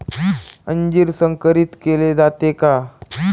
अंजीर संकरित केले जाते का?